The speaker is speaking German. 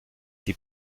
die